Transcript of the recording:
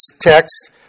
text